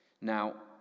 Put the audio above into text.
Now